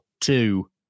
two